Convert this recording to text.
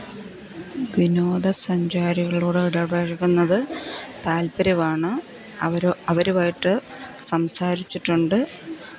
വിനോദസഞ്ചാരികളോട് ഇടപഴകുന്നത് താത്പര്യമാണ് അവർ അവരുമായിട്ട് സംസാരിച്ചിട്ടുണ്ട്